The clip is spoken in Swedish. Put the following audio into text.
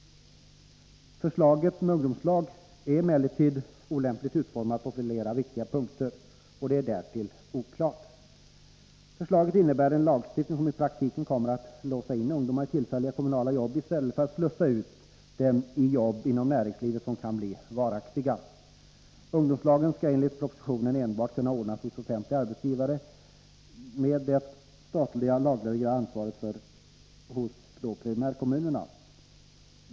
Förslaget om ungdomslag är emellertid olämpligt utformat på flera viktiga punkter. Det är därtill oklart. Förslaget innebär en lagstiftning som i praktiken kommer att ”låsa in” ungdomarna i tillfälliga kommunala jobb i stället för att ”slussa ut” dem i jobb inom näringslivet som kan bli varaktiga. Ungdomslagen skall enligt propositionen enbart kunna ordnas hos offentliga arbetsgivare med det slutliga lagreglerade ansvaret hos primärkommunerna.